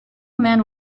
man